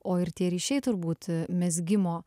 o ir tie ryšiai turbūt mezgimo